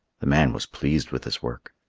the man was pleased with his work.